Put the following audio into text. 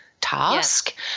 task